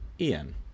Ian